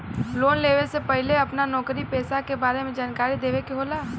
Loan लेवे से पहिले अपना नौकरी पेसा के बारे मे जानकारी देवे के होला?